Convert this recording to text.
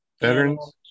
veterans